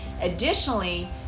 Additionally